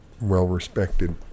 well-respected